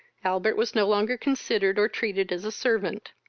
albert was no longer considered or treated as a servant.